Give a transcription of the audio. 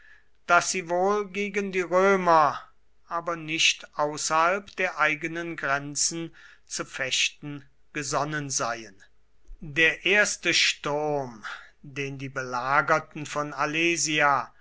daß sie wohl gegen die römer aber nicht außerhalb der eigenen grenzen zu fechten gesonnen seien der erste sturm der die belagerten von alesia